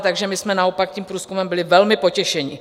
Takže my jsme naopak tím průzkumem byli velmi potěšeni.